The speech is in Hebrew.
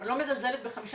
אני לא מזלזלת ב-15%,